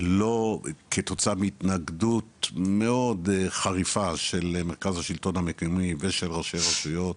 כתוצאה מהתנגדות מאוד חריפה של מרכז השלטון המקומי ושל ראשי רשויות,